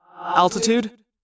Altitude